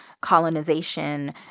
colonization